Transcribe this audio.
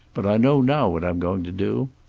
but i know now what i'm going to do.